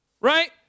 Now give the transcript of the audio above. right